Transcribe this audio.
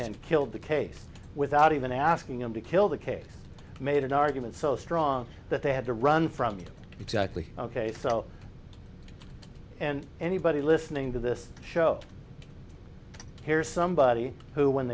and killed the case without even asking him to kill the case made an argument so strong that they had to run from exactly ok so and anybody listening to this show here's somebody who when